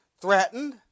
threatened